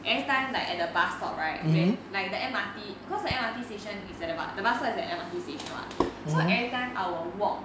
every time like at a bus stop right when like the M_R_T because the M_R_T station is at about because the bus station is at the M_R_T station [what] so every time I will walk